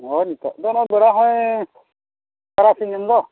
ᱦᱳᱭ ᱱᱤᱛᱳᱜ ᱫᱚ ᱵᱮᱲᱟᱦᱚᱭ ᱛᱟᱨᱟᱥᱤᱧ ᱮᱱᱫᱚ